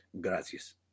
gracias